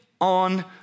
on